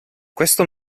questo